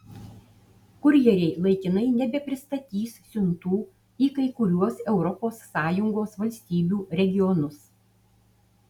kurjeriai laikinai nebepristatys siuntų į kai kuriuos europos sąjungos valstybių regionus